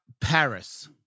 Paris